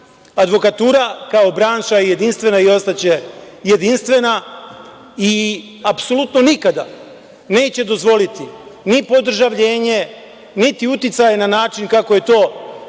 profesiju. Advokatura, kao branša, je jedinstvena i ostaće jedinstvena i apsolutno nikada neće dozvoliti ni podržavljenje, niti uticaj na način kako je to moj